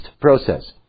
process